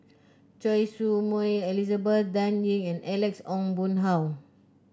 Choy Su Moi Elizabeth Dan Ying and Alex Ong Boon Hau